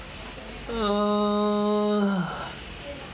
err